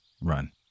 Run